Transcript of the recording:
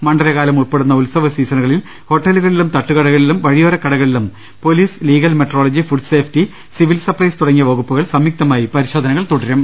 മണ്ഡലകാലം ഉൾപെടുന്ന ഉത്സവ സീസ ണുകളിൽ ഹോട്ടലുകളിലും തട്ടുകടകളിലും വഴിയോരക്കടകളിലും police legal metrology food safety civil supplies തുടങ്ങി വകുപ്പുകൾ സംയുക്ത മായി പരിശോധനകൾ നടത്തും